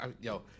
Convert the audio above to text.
yo